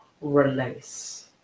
release